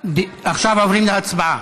עכשיו עוברים להצבעה.